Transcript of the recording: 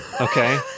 okay